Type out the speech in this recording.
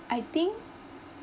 I think